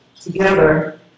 together